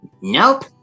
Nope